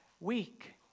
week